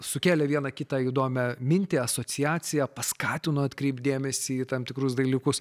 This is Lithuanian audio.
sukėlė vieną kitą įdomią mintį asociaciją paskatino atkreipt dėmesį į tam tikrus dalykus